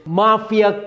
mafia